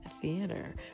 theater